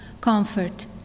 comfort